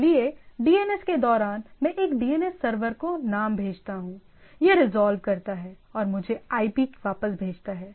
इसलिए DNS के दौरान मैं एक DNS सर्वर को नाम भेजता हूं यह रिजॉल्व करता है और मुझे आईपी वापस भेजता है